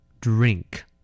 Drink